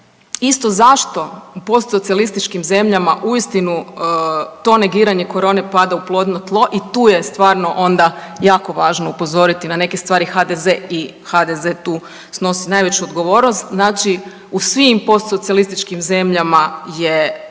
isto zašto u postsocijalističkim zemljama uistinu to negiranje korone pada u plodno tlo i tu je stvarno onda jako važno upozoriti na neke stvari HDZ i HDZ tu snosi najveću odgovornost. Znači u svim postsocijalističkim zemljama je